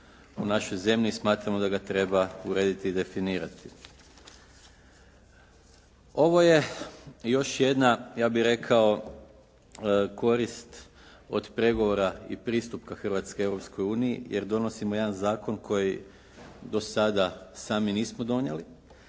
u našoj zemlji i smatramo da ga treba urediti i definirati. Ovo je još jedna ja bih rekao korist od pregovora i pristupka Hrvatske Europskoj uniji jer donosimo jedan zakon koji do sada sami nismo donijeli,